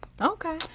Okay